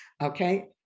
okay